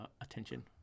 Attention